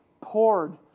poured